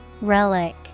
Relic